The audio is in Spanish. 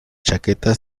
chaqueta